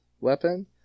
weapon